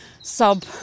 sub